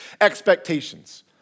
expectations